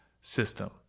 system